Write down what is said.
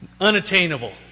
Unattainable